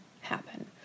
happen